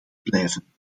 blijven